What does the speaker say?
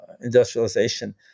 industrialization